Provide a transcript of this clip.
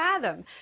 fathom